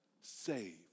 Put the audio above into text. saved